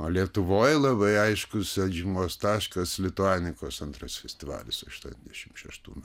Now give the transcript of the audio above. o lietuvoj labai aiškus atžymos taškas lituanikos antras festivalis aštuoniasdešimt šeštų metų